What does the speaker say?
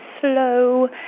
slow